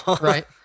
right